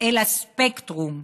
אלא ספקטרום.